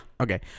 Okay